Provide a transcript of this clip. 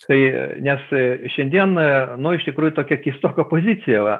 tai nes šiandien nu iš tikrųjų tokia keistoka pozicija va